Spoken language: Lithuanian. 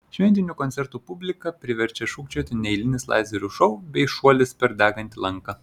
šventinių koncertų publiką priverčia šūkčioti neeilinis lazerių šou bei šuolis per degantį lanką